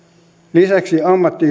lisäksi